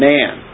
Man